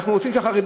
אנחנו רוצים שהחרדים,